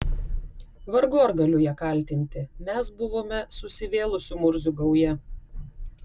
vargu ar galiu ją kaltinti mes buvome susivėlusių murzių gauja